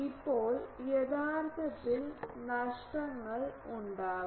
ഇപ്പോൾ യഥാർത്ഥത്തിൽ നഷ്ടങ്ങൾ ഉണ്ടാകും